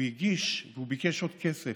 הוא הגיש והוא ביקש עוד כסף,